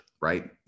right